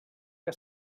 que